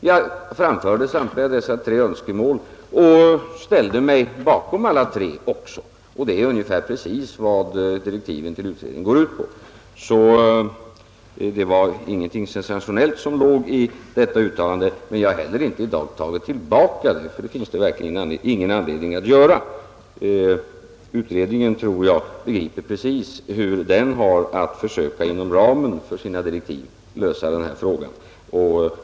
Jag framförde samtliga dessa tre önskemål och ställde mig också bakom alla tre. Det är nästan precis vad direktiven till utredningen går ut på, så det fanns ingenting sensationellt i detta uttalande. Men jag har heller inte i dag tagit tillbaka det, ty det finns det verkligen ingen anledning att göra. Jag tror att utredningen begriper hur den har att inom ramen för sina direktiv lösa den här frågan.